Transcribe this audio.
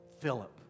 Philip